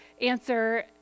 answer